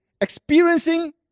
experiencing